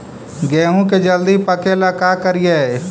गेहूं के जल्दी पके ल का करियै?